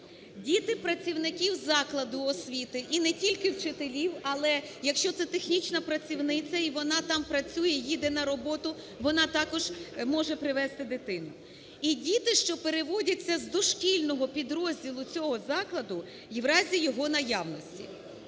Діти працівників закладу освіти і не тільки вчителів, але, якщо це технічна працівниця, і вона там працює, їде на роботу, вона також може привести дитину. І діти, що переводяться з дошкільного підрозділу цього закладу в разі його наявності.